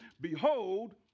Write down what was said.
behold